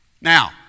Now